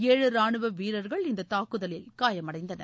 ஏழு ராணுவ வீரர்கள் இந்த தாக்குதலில் காயமடைந்தனர்